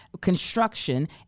construction